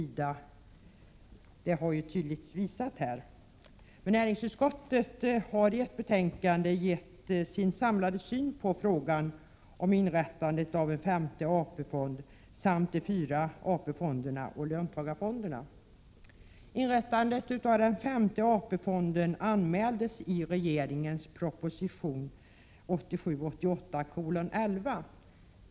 Det har tydligt visats här. Men näringsutskottet har i ett betänkande gett sin samlade syn på frågan om inrättandet av en femte AP-fond samt på de fyra AP-fonderna och löntagarfonderna. Inrättandet av den femte AP-fonden anmäldes i regeringens proposition 1987/88:11.